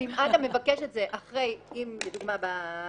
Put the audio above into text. אם אדם מבקש את זה אחרי --- מה שאת